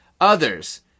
others